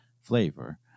flavor